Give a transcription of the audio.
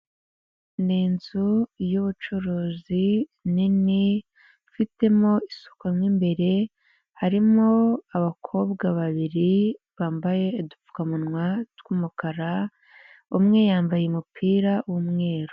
Ni inzu y'ubucuruzi nini ifitemo isuku mo imbere. Harimo abakobwa babiri bambaye udupfukamunwa tw'umukara, umwe yambaye umupira w'umweru.